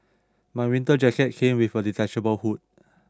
my winter jacket came with a detachable hood